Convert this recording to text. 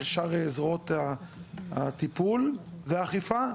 שאר זרועות הטיפול והאכיפה,